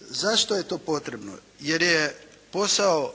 Zašto je to potrebno? Jer je posao